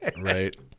right